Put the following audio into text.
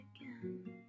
again